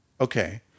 Okay